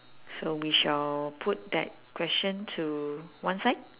so we shall put that question to one side